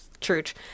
Church